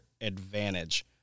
advantage